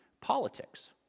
politics